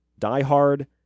diehard